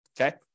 Okay